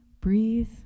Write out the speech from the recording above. breathe